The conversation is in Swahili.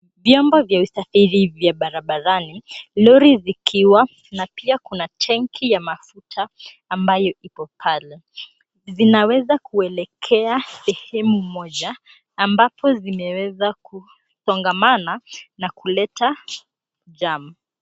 Vyombo vya usafiri vya barabarani, lori zikiwa na pia kuna tenki ya mafuta ambayo iko pale. Zinaweza kuelekea sehemu moja ambapo zimeweza kusongamana na kuleta jam .